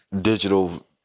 digital